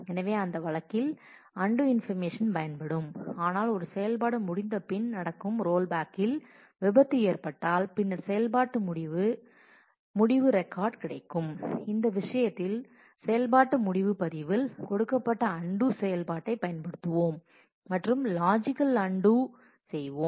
எனவே அந்த வழக்கில் அன்டூ இன்பர்மேஷன் பயன்படும் ஆனால் ஒரு செயல்பாடு முடிந்தபின் நடக்கும் ரோல்பேக்கில் விபத்து ஏற்பட்டால் பின்னர் செயல்பாட்டு முடிவு ரெக்கார்டு கிடைக்கும் இந்த விஷயத்தில் செயல்பாட்டு முடிவு பதிவில் கொடுக்கப்பட்ட அன்டூ செயல்பாட்டைப் பயன்படுத்துவோம் மற்றும் லாஜிக்கல் அன்டூ செய்வோம்